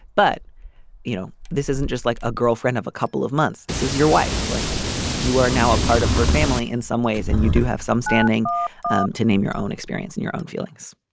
but you know this isn't just like a girlfriend of a couple of months. this is your wife like you are now a part of her family in some ways and you do have some standing to name your own experience and your own feelings.